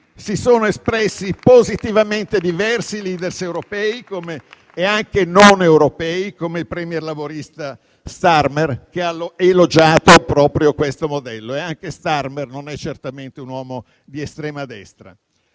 si sono espressi positivamente diversi *leader* europei e non europei, come il premier laburista Starmer, che ha elogiato proprio questo modello (e anche Starmer non è certamente un uomo di estrema destra).